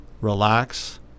relax